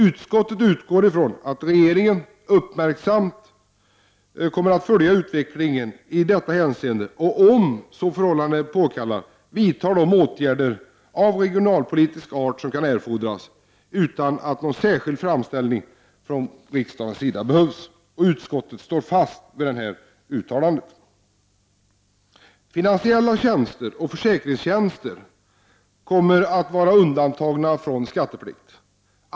Utskottet utgår från att regeringen uppmärksamt kommer att följa utvecklingen i detta hänseende och om förhållandena så påkallar vidtar de åtgärder av regionalpolitisk art som kan erfordras, utan någon särskild framställan från riksdagens sida.” Utskottet står fast vid detta uttalande. Finansiella tjänster och försäkringstjänster kommer att undantas från skatteplikt.